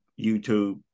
YouTube